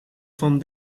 van